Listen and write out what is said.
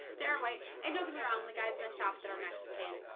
there are white and joking me wrong. the guys in the shop that are mexican.